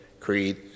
creed